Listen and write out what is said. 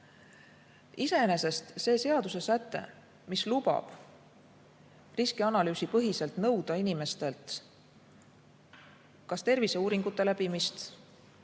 Iseenesest see seadusesäte, mis lubab riskianalüüsipõhiselt nõuda inimestelt kas terviseuuringute läbimist